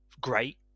great